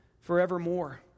forevermore